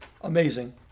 amazing